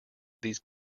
these